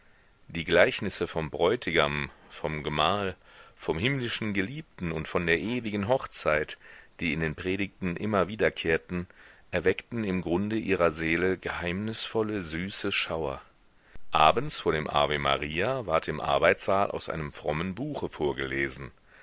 die gleichnisse vom bräutigam vom gemahl vom himmlischen geliebten und von der ewigen hochzeit die in den predigten immer wiederkehrten erweckten im grunde ihrer seele geheimnisvolle süße schauer abends vor dem ave maria ward im arbeitssaal aus einem frommen buche vorgelesen